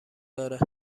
داره